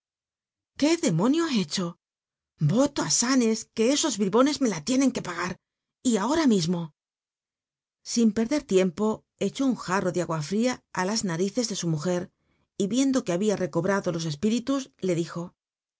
qué demonio he hecho iyolo á ancs que esos bribones me la tienen que pagar y ahora mi mo sin perder tiempo echó un jarro tic agua fria á las naricrs de su mujer l riendo que hahia rccobraclo los espíritus le elijo